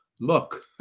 look